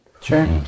Sure